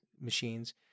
machines